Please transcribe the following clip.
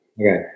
Okay